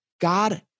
God